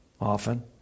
often